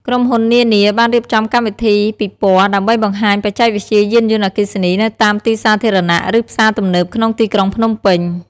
ក្រុមហ៊ុននានា បានរៀបចំកម្មវិធីពិព័រណ៍ ដើម្បីបង្ហាញបច្ចេកវិទ្យាយានយន្តអគ្គីសនីនៅតាមទីសាធារណៈ ឬផ្សារទំនើបក្នុងទីក្រុងភ្នំពេញ។